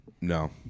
No